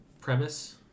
premise